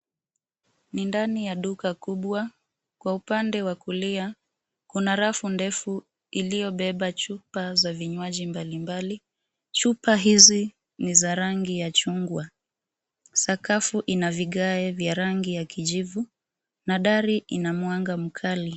Ni ndani ya duka kubwa kwa upande wa kulia kuna rafu ndefu iliyobeba chupa za vinywaji mbali mbali chupa hizi ni za rangi ya chungwa sakafu ina vigae vya rangi ya kijivu na dari ina mwanga mkali